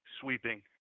sweeping